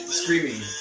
screaming